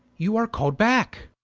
you are cald backe